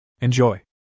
Enjoy